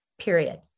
period